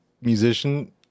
musician